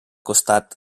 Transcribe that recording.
costat